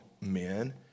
men